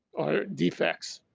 or defects.